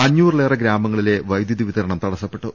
അഞ്ഞൂറിലേറെ ഗ്രാമങ്ങളിലെ വൈദ്യുതി വിതരണം തടസ്സപ്പെട്ടു